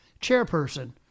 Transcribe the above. Chairperson